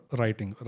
writing